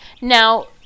now